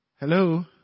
Hello